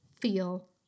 feel